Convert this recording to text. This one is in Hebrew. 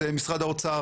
זה משרד האוצר,